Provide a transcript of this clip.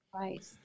Right